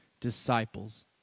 disciples